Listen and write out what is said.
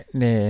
ne